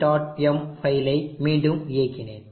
m ஃபைலை மீண்டும் இயக்கினேன்